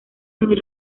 muy